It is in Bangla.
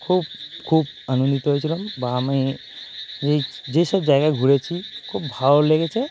খুব খুব আনন্দিত হয়েছিলাম বা আমি এই যেসব জায়গায় ঘুরেছি খুব ভালো লেগেছে